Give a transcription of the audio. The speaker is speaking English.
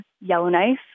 Yellowknife